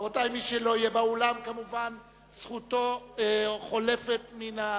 רבותי, מי שלא יהיה באולם זכותו חולפת מן